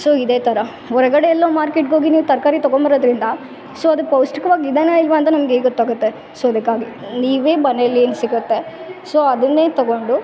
so ಇದೇ ಥರ ಹೊರ್ಗಡೆ ಎಲ್ಲೊ ಮಾರ್ಕೆಟ್ಗೋಗಿ ನೀವು ತರಕಾರಿ ತಗೊಬರೋದ್ರಿಂದ ಸೊ ಅದು ಪೌಷ್ಠಿಕವಾಗ್ ಇದೇನ ಇಲ್ವ ಅಂತ ನಮ್ಗೆ ಹೇಗ್ ಗೊತ್ತಾಗುತ್ತೆ ಸೊ ಅದಕ್ಕಾಗಿ ನೀವೆ ಮನೆಯಲೇನು ಸಿಗುತ್ತೆ ಸೊ ಅದನ್ನೆ ತಗೊಂಡು